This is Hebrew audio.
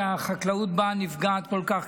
שהחקלאות בה נפגעת כל כך,